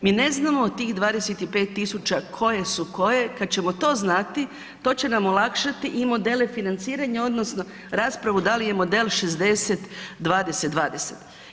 Mi ne znamo od tih 25.000 koje su koje kad ćemo to znati to će nam olakšati i modele financiranja odnosno raspravu da li je model 60, 20, 20.